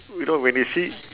you know when you see